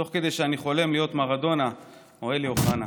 תוך כדי שאני חולם להיות מרדונה או אלי אוחנה.